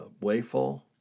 Wayfall